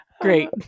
great